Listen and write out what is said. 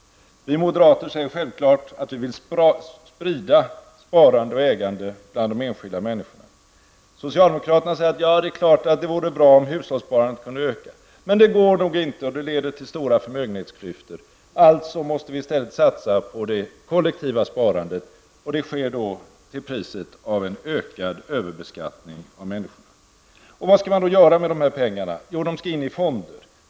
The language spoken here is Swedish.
Vi moderater vill sprida sparandet och ägandet bland de enskilda människorna. Socialdemokraterna säger: Det är klart att det vore bra om hushållssparandet kunde öka, men det går nog inte och det skulle leda till förmögenhetsklyftor; alltså måste vi i stället satsa på det kollektiva sparandet. Det sker då till priset av en ökad överbeskattning av människorna. Vad skall man då göra med dessa pengar? Jo, de skall in i fonder.